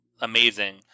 amazing